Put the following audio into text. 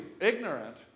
ignorant